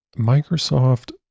microsoft